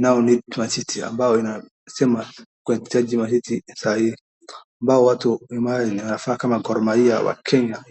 now need mancity ambayo inasema tunahitaji mancity sahii, ambao watu wanavaa kama Gor Mahia ya Kenya.